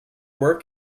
work